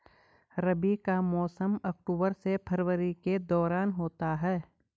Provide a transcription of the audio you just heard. रबी का मौसम अक्टूबर से फरवरी के दौरान होता है